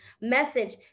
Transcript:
message